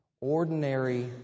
ordinary